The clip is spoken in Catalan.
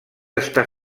està